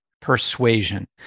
persuasion